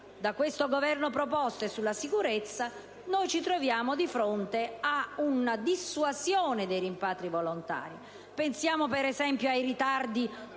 da questo Governo proposte sulla sicurezza, ci troviamo di fronte ad una dissuasione dei rimpatri volontari. Pensiamo, per esempio, ai ritardi